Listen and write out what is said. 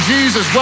Jesus